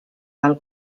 del